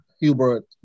Hubert